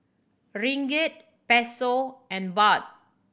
Ringgit Peso and Baht